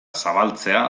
zabaltzea